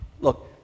Look